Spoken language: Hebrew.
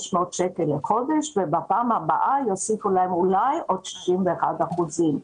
שקל לחודש ובפעם הבאה יוסיפו להם עוד 61 שקלים.